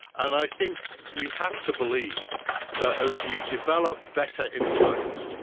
and i think we have to believe that as we develop better insights,